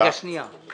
רגע, שניה.